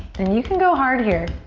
and you can go hard here